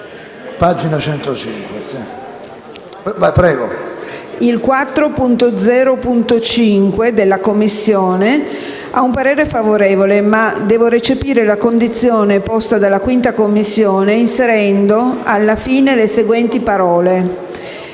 4.0.5 della Commissione il parere è favorevole, ma devo recepire la condizione posta dalla 5a Commissione, inserendo alla fine le seguenti parole: